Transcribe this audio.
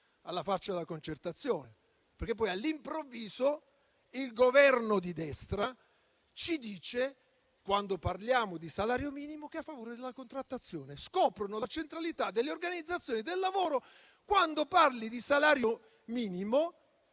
alla faccia della concertazione! Poi, all'improvviso, il Governo di destra, quando parliamo di salario minimo, ci dice che è a favore della contrattazione. Scoprono la centralità delle organizzazioni del lavoro quando si parla di salario minimo,